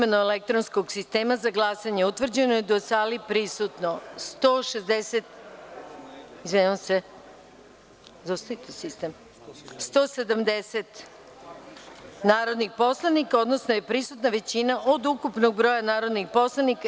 elektronskog sistema za glasanje utvrđeno da je u sali prisutno 170 narodnih poslanika, odnosno da je prisutna većina od ukupnog broja narodnih poslanika.